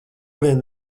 vien